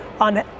on